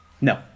No